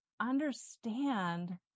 understand